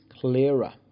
clearer